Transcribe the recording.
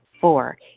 four